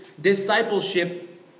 discipleship